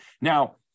Now